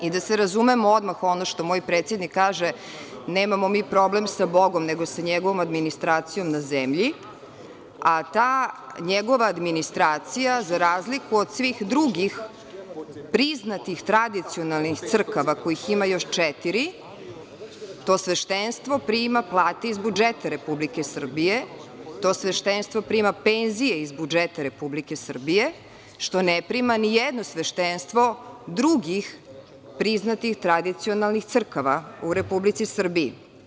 I, da se razumemo odmah, ono što moj predsednik kaže – nemamo mi problem sa Bogom, nego sa njegovom administracijom na zemlji, a ta njegova administracija, za razliku od svih drugih priznatih tradicionalnih crkava, kojih ima još četiri, to sveštenstvo prima plate iz budžeta Republike Srbije, to sveštenstvo prima penzije iz budžeta Republike Srbije, što ne prima ni jedno sveštenstvo drugih priznatih tradicionalnih priznatih crkava u Republici Srbiji.